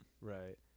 Right